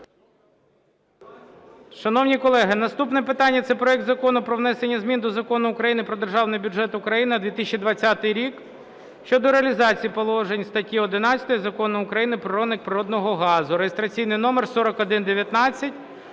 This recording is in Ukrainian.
Шановні колеги, наступне питання – це проект Закону про внесення змін до Закону України "Про Державний бюджет України на 2020 рік" (щодо реалізації положень статті 11 Закону України "Про ринок природного газу") (реєстраційні номери: 4119,